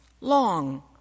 long